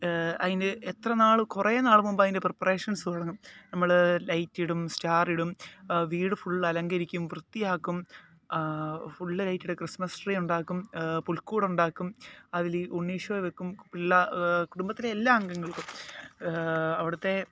അതിൻ്റെ എത്രനാള് കുറേനാള് മുമ്പ് അതിൻ്റെ പ്രിപ്പറേഷൻസ് തുടങ്ങും നമ്മള് ലൈറ്റിടും സ്റ്റാറിടും വീട് ഫുള് അലങ്കരിക്കും വൃത്തിയാക്കും ഫുള്ള് ലൈറ്റിട്ട് ക്രിസ്മസ് ട്രീ ഉണ്ടാക്കും പുൽക്കൂടുണ്ടാക്കും അതില് ഈ ഉണ്ണിയേശുവെ വയ്ക്കും കുടുംബത്തിലെ എല്ലാ അംഗങ്ങൾക്കും അവിടത്തെ